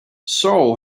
seoul